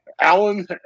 Alan